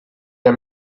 the